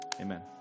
amen